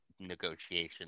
negotiation